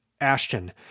Ashton